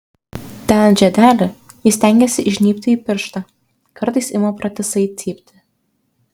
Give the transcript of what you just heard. dedant žiedelį ji stengiasi įžnybti į pirštą kartais ima pratisai cypti